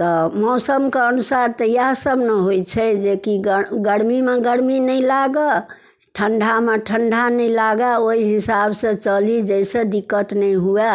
तऽ मौसमके अनुसार तऽ इएह सब ने होइ छै जेकि गरमीमे गरमी नहि लागऽ ठंडामे ठंडा नहि लागए ओहि हिसाब सँ चली जाहिसँ दिक्कत नहि हुए